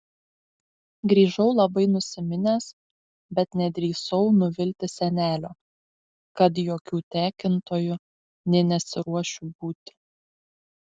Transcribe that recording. grįžau labai nusiminęs bet nedrįsau nuvilti senelio kad jokiu tekintoju nė nesiruošiu būti